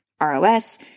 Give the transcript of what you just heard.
ROS